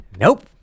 Nope